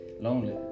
lonely